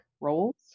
roles